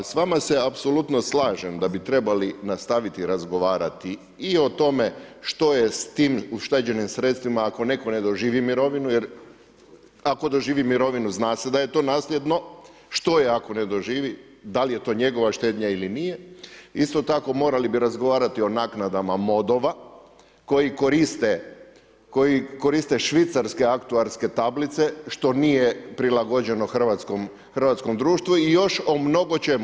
A s vama se apsolutno slažem da bi trebali nastaviti razgovarati i o tome što je s tim ušteđenim sredstvima ako netko ne doživi mirovinu jer ako doživi mirovinu zna se da je to nasljedno, što je ako ne doživi, dal' je to njegova štednja ili nije, isto tako morali bi razgovarati o naknadama modova koji koriste švicarske … tablice što nije prilagođeno hrvatskom društvu i još o mnogočemu.